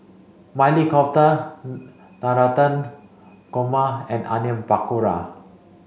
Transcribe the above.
Maili Kofta Navratan Korma and Onion Pakora